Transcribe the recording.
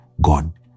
God